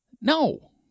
No